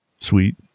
sweet